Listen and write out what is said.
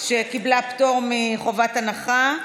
שקיבלה פטור מחובת הנחה.